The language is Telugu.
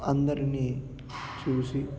అందరిని చూసి